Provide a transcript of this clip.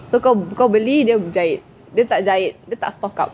so kau kau beli dia jahit dia tak jahit dia tak stock up